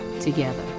together